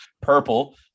purple